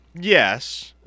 Yes